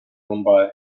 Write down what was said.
mumbai